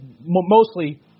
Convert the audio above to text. mostly –